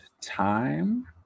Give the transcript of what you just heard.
time